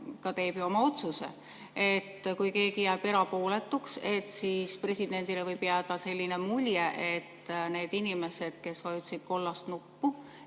ka teeb ju oma otsuse. Kui keegi jääb erapooletuks, siis presidendile võib jääda mulje, et need inimesed, kes vajutasid kollast nuppu,